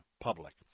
public